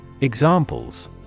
Examples